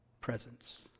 presence